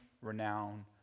renown